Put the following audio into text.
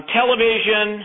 television